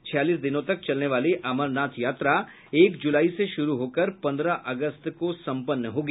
छियालिस दिनों तक चलने वाली अमरनाथ यात्रा एक जुलाई से शुरू होकर पन्द्रह अगस्त को सम्पन्न होगी